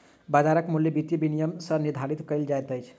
बाजारक मूल्य वित्तीय विनियम सॅ निर्धारित कयल जाइत अछि